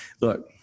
Look